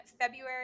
February